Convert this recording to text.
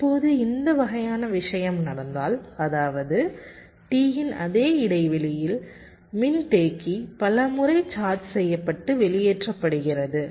இப்போது இந்த வகையான விஷயம் நடந்தால் அதாவது T இன் அதே இடைவெளியில் மின்தேக்கி பல முறை சார்ஜ் செய்யப்பட்டு வெளியேற்றப்படுகிறது